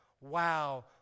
wow